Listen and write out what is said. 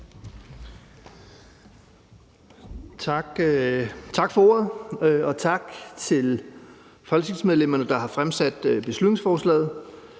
Tak for ordet. Og tak til folketingsmedlemmerne, der har fremsat beslutningsforslaget,